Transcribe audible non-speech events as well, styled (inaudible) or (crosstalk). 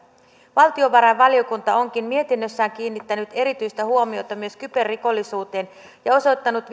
valtiovarainvaliokunta onkin mietinnössään kiinnittänyt erityistä huomiota myös kyberrikollisuuteen ja osoittanut (unintelligible)